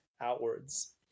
outwards